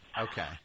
Okay